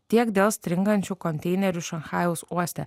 tiek dėl stringančių konteinerių šanchajaus uoste